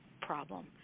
problem